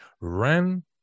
ran